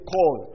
Call